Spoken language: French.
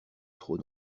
trop